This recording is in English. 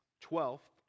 Twelfth